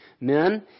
men